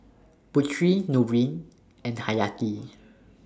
Putri Nurin and Hayati